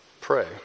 pray